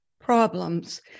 problems